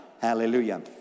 Hallelujah